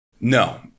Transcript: No